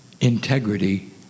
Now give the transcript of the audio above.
integrity